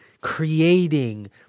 creating